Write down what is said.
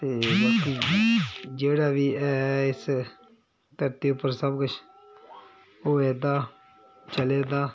ते बाकी जेह्ड़ा बी ऐ इस धरती उप्पर सब किश होए दा चले दा